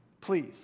Please